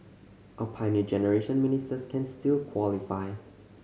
our Pioneer Generation Ministers can still qualify